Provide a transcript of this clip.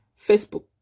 Facebook